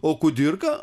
o kudirka